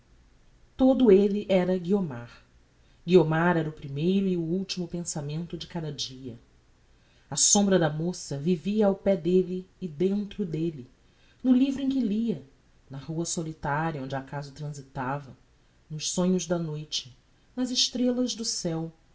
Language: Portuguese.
todo elle era guiomar guiomar era o primeiro e o ultimo pensamento de cada dia a sombra da moça vivia ao pé delle e dentro delle no livro em que lia na rua solitaria onde acaso transitava nos sonhos da noite nas estrellas do ceu